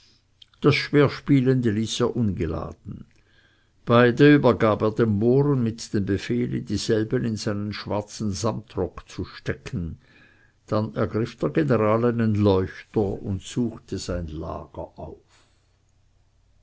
das schwerspielende ließ er ungeladen beide übergab er dem mohren mit dem befehle dieselben in seinen schwarzen sammetrock zu stecken dann ergriff der general einen leuchter und suchte sein lager auf